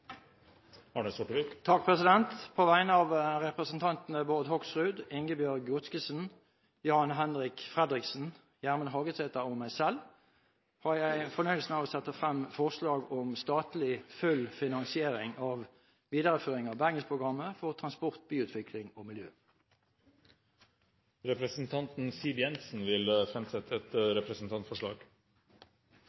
På vegne av representantene Bård Hoksrud, Ingebjørg Godskesen, Jan-Henrik Fredriksen, Gjermund Hagesæter og meg selv har jeg fornøyelsen av å fremsette representantforslag om full statlig finansiering av videreføring av Bergensprogrammet for transport, byutvikling og miljø. Representanten Siv Jensen vil framsette et